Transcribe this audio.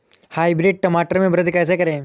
Hybrid टमाटर में वृद्धि कैसे करें?